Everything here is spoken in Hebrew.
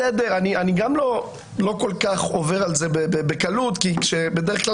בסדר אני גם לא כל כך עובר על זה בקלות כי בדרך כלל